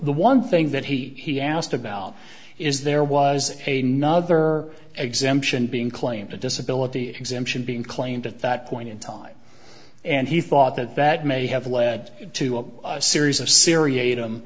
the one thing that he asked about is there was a nother exemption being claimed a disability exemption being claimed at that point in time and he thought that that may have led to a series of syria